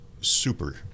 super